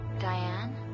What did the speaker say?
Diane